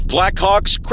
Blackhawks